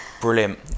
brilliant